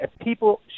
people